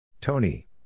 Tony